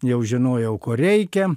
jau žinojau ko reikia